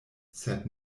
sed